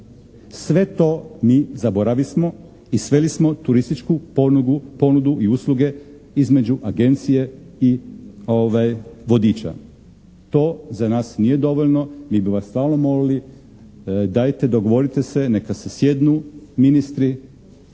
sve to mi zaboravismo i sveli smo turističku ponudu i usluge između agencije i vodiča. To za nas nije dovoljno, mi bi vas stvarno molili, dajte, dogovorite se, neka se sjednu ministri